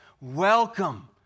Welcome